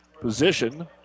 position